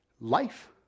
life